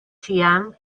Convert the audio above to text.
ĉiam